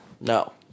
No